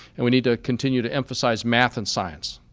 and we need to continue to emphasize math and science.